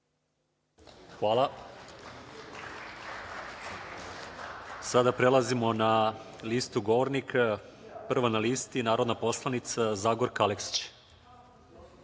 Hvala. Sada prelazimo na listu govornika. Prva na listi je narodna poslanica Zagorka Aleksić.